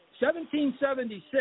1776